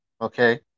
Okay